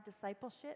discipleship